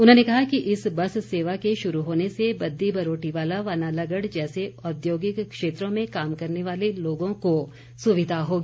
उन्होंने कहा कि इस बस सेवा के शुरू होने से बद्दी बरोटीवाला व नालागढ़ जैसे औद्योगिक क्षेत्रों में काम करने वाले लोगों को सुविधा होगी